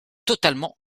totalement